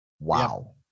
wow